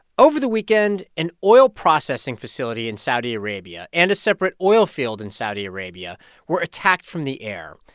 over the weekend, an oil processing facility in saudi arabia and a separate oil field in saudi arabia were attacked from the air.